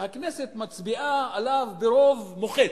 והכנסת מצביעה עליו ברוב מוחץ,